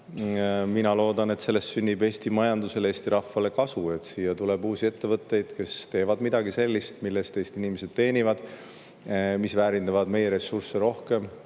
mina loodan, et sellest sünnib Eesti majandusele ja Eesti rahvale kasu. Siia tuleb uusi ettevõtteid, kes teevad midagi sellist, mille eest Eesti inimesed teenivad, mis väärindavad meie ressursse rohkem,